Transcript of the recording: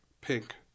Pink